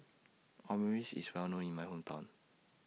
Omurice IS Well known in My Hometown